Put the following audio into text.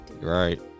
Right